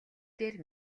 дээр